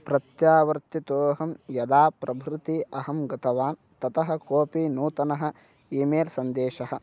प्रत्यावर्तितोहं यदा प्रभृति अहं गतवान् ततः कोपि नूतनः ई मेल् सन्देशः